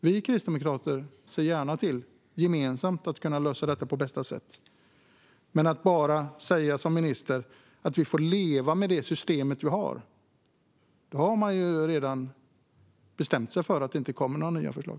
Vi kristdemokrater ser gärna till att gemensamt lösa detta på bästa sätt. Men om man som minister bara säger att vi får leva med det system vi har så har man redan bestämt sig för att inte lägga fram några nya förslag.